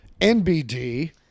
NBD